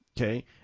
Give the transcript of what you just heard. okay